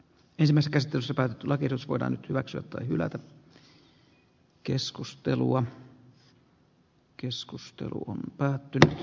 ensimmäisessä käsittelyssä päätetty lakiehdotus voidaan nyt hyväksyä tai hylätä